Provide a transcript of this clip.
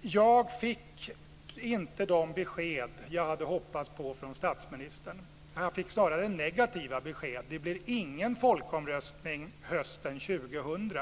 Jag fick inte de besked jag hade hoppats på från statsministern. Jag fick snarare negativa besked: Det blir ingen folkomröstning hösten 2000.